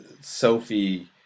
Sophie